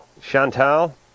Chantal